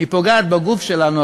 היא פוגעת בגוף שלנו,